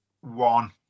one